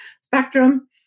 spectrum